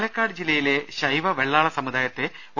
പാലക്കാട് ജില്ലയിലെ ശൈവവെള്ളാള സമുദായത്തെ ഒ